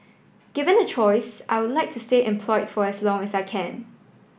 given a choice I would like to stay employed for as long as I can